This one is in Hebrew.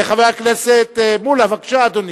חבר הכנסת מולה, בבקשה, אדוני.